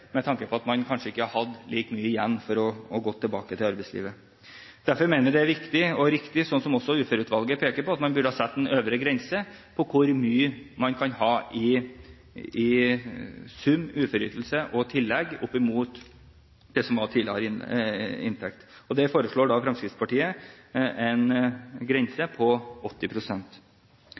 man kanskje ikke hadde like mye igjen for å gå tilbake til arbeidslivet. Derfor mener vi det er viktig og riktig, som også Uførepensjonsutvalget peker på, at man burde sette en øvre grense for hvor mye man kan ha til sammen når det gjelder uføreytelse og tillegg, oppimot det man tidligere hadde i inntekt. Der foreslår Fremskrittspartiet en grense på